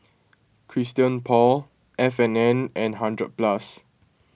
Christian Paul F and N and hundred Plus